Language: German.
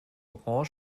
orange